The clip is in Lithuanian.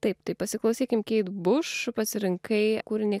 taip tai pasiklausykim keit buš pasirinkai kūrinį